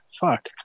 Fuck